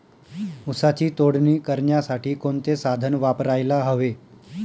ऊसाची तोडणी करण्यासाठी कोणते साधन वापरायला हवे?